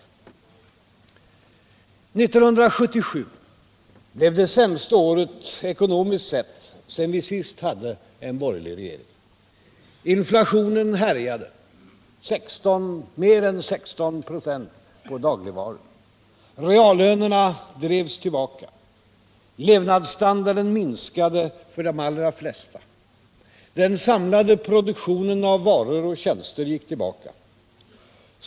1977 blev det sämsta året ekonomiskt sett sedan vi sist hade borgerlig regering. Inflationen härjade och gick upp till mer än 16 96 på dagligvaror. Reallönerna drevs tillbaka. Levnadsstandarden minskade för de allra flesta. Den samlade produktionen av varor och tjänster gick tillbaka.